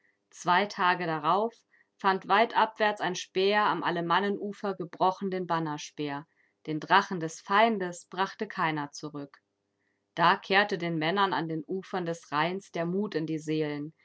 zwei tage darauf fand weit abwärts ein späher am alemannenufer gebrochen den bannerspeer den drachen des feindes brachte keiner zurück da kehrte den männern an den ufern des rheins der mut in die seelen